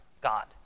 God